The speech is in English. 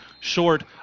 short